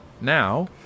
Now